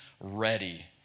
ready